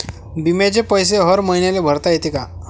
बिम्याचे पैसे हर मईन्याले भरता येते का?